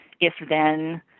if-then